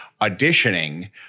auditioning